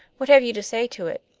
what have you to say to it?